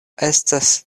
estas